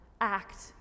act